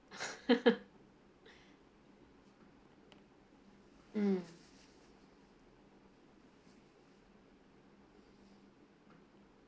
mm